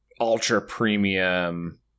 ultra-premium